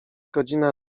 godzina